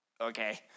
Okay